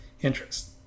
interest